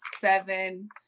seven